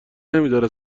نمیداره